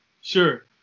Sure